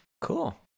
Cool